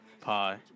Pie